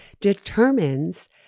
determines